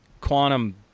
quantum